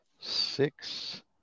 six